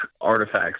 artifacts